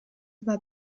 war